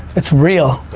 it's real.